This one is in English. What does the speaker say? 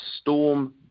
Storm